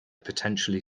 potentially